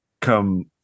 come